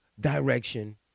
direction